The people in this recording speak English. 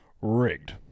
Rigged